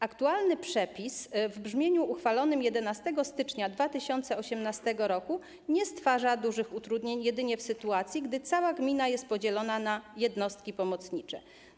Aktualny przepis w brzmieniu uchwalonym 11 stycznia 2018 r. nie stwarza dużych utrudnień jedynie w sytuacji, gdy cała gmina jest podzielona na jednostki pomocnicze.